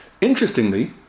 Interestingly